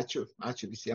ačiū ačiū visiem